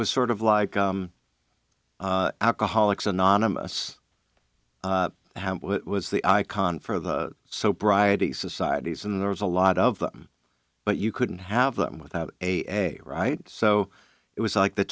was sort of like alcoholics anonymous it was the icon for the so bridey societies and there was a lot of them but you couldn't have them without a right so it was like the